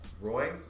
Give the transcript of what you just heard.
Roy